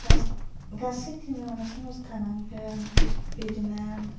गासै थेमायावनो सामस थानांगोन बिदिनो